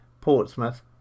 Portsmouth